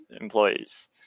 employees